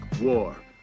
war